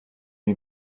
you